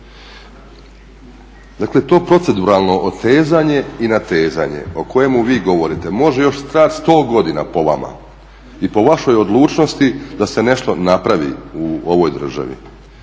dakle to proceduralno otezanje i natezanje o kojemu vi govorite može još trajati 100 godina po vama i po vašoj odlučnosti da se nešto napravi u ovoj državi.